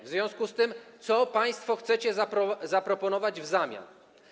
W związku z tym co państwo chcecie zaproponować w zamian?